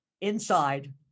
inside